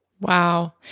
Wow